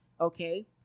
okay